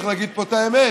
צריך להגיד פה את האמת,